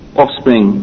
offspring